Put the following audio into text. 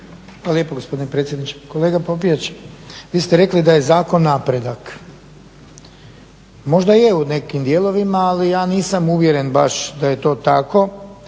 Hvala lijepa gospodine predsjedniče. Kolega Popijač, vi ste rekli da je zakon napredak. Možda je u nekim dijelovima, ali ja nisam uvjeren baš da je to tako